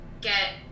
get